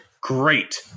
great